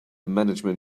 management